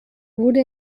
wurde